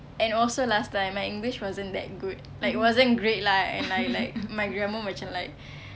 and also last time my english wasn't that good like it wasn't great lah and I like my grammar macam like